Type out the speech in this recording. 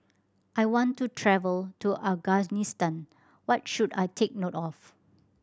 I want to travel to Afghanistan what should I take note of